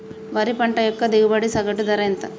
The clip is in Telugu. వరి పంట యొక్క దిగుబడి సగటు ధర ఎంత?